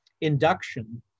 induction